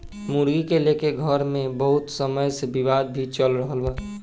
मुर्गी के लेके घर मे बहुत समय से विवाद भी चल रहल बा